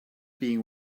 being